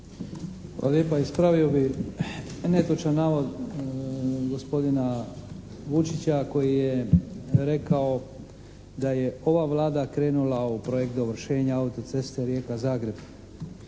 Hvala lijepa. Ispravio bih netočan navod gospodina Vučića koji je rekao da je ova Vlada krenula u projekt dovršenja autoceste Rijeka-Zagreb.